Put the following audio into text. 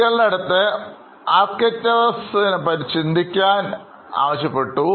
കുട്ടികളുടെ അടുത്ത് ആർക്റ്ററസ് പറ്റി ചിന്തിക്കുവാൻ ആവശ്യപ്പെട്ടു